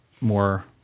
more